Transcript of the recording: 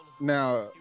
Now